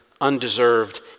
undeserved